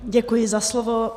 Děkuji za slovo.